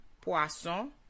Poisson